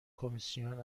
کمیسیون